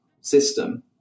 system